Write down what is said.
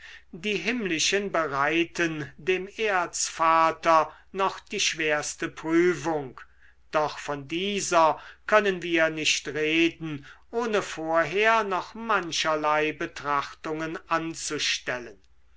die himmlischen bereiten dem erzvater noch die schwerste prüfung doch von dieser können wir nicht reden ohne vorher noch mancherlei betrachtungen anzustellen